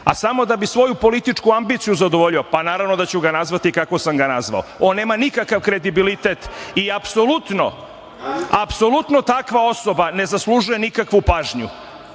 a samo da bi svoju političku ambiciju zadovoljio, pa naravno da ću ga nazvati kako sam ga nazvao. On nema nikakav kredibilitet i apsolutno takva osoba ne zaslužuje nikakvu pažnju